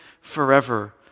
forever